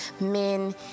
men